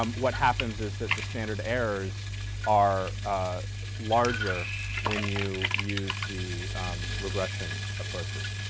um what happens is that the standard errors are larger when you use the regression approaches.